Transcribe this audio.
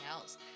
else